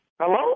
Hello